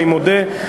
אני מודה,